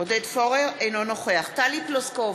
אינו נוכח טלי פלוסקוב,